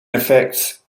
effects